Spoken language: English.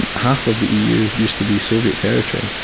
and half of the eu used to be soviet territory,